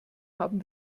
haben